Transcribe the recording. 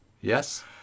yes